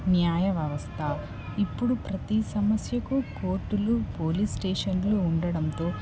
న్యాయవ్యవస్థ ఇప్పుడు ప్రతీ సమస్యకు కోర్టులు పోలీస్ స్టేషన్లు ఉండడంతో